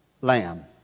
lamb